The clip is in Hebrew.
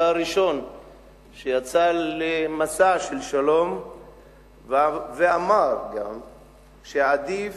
היה הראשון שיצא למסע של שלום ואמר גם שעדיפים